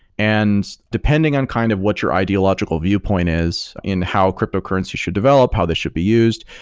and depending on kind of what your ideological viewpoint is in how cryptocurrency should develop, how this should be used,